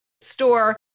store